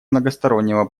многостороннего